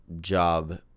job